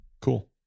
cool